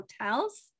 hotels